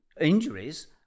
injuries